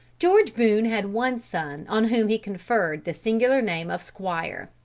george boone had one son on whom he conferred the singular name of squire.